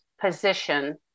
position